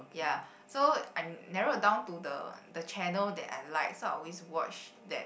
ya so I narrowed down to the the channel that I like so I always watch that